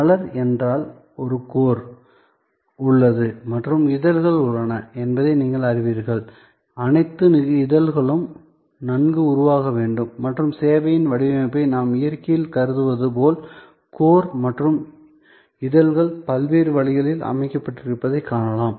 மலர் என்றால் ஒரு கோர் உள்ளது மற்றும் இதழ்கள் உள்ளன என்பதை நீங்கள் அறிவீர்கள் அனைத்து இதழ்களும் நன்கு உருவாக வேண்டும் மற்றும் சேவையின் வடிவமைப்பை நாம் இயற்கையில் கருதுவது போல் கோர் மற்றும் இதழ்கள் பல்வேறு வழிகளில் அமைக்கப்பட்டிருப்பதைக் காணலாம்